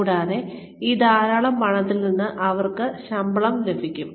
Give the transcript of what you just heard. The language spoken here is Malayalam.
കൂടാതെ ആ ധാരാളം പണത്തിൽ നിന്ന് നിങ്ങൾക്ക് ശമ്പളം ലഭിക്കും